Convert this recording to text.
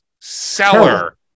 seller